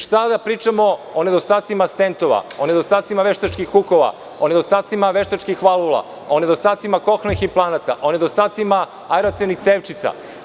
Šta da pričamo o nedostacima stentova, o nedostacima veštačkih kukova, o nedostacima veštačkih valua, o nedostacima kohnioplanata, o nedostacima aracenih cevčica?